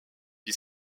qui